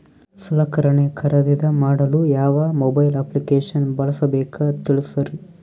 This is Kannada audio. ಸಲಕರಣೆ ಖರದಿದ ಮಾಡಲು ಯಾವ ಮೊಬೈಲ್ ಅಪ್ಲಿಕೇಶನ್ ಬಳಸಬೇಕ ತಿಲ್ಸರಿ?